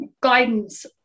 guidance